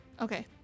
Okay